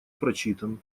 прочитан